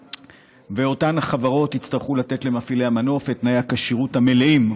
ואותן חברות יצטרכו לתת למפעילי המנוף את תנאי הכשירות המלאים,